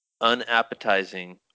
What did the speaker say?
Unappetizing